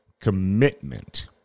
commitment